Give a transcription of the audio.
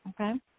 okay